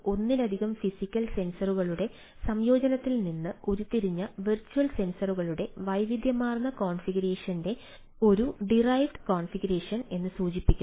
ഒന്നിലധികം ഫിസിക്കൽ സെൻസറുകളുടെ സംയോജനത്തിൽ നിന്ന് ഉരുത്തിരിഞ്ഞ വെർച്വൽ സെൻസറുകളുടെ വൈവിധ്യമാർന്ന കോൺഫിഗറേഷനെ ഒരു ഡിറൈവ്ഡ് കോൺഫിഗറേഷൻ എന്ന് സൂചിപ്പിക്കുന്നു